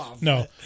No